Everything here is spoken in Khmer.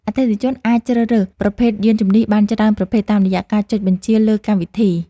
អតិថិជនអាចជ្រើសរើសប្រភេទយានជំនិះបានច្រើនប្រភេទ តាមរយៈការចុចបញ្ជាលើកម្មវិធី។